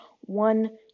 one